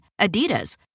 Adidas